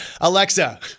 Alexa